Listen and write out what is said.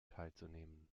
teilzunehmen